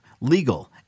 legal